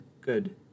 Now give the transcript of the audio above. good